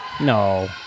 No